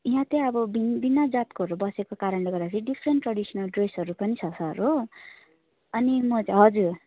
यहाँ चाहिँ अब विभिन्न जातकोहरू बसेको कारणले गर्दाखेरि डिफ्रेन्ट ट्रेडिसनल ड्रेसहरू पनि छ सर हो अनि म चाहिँ हजुर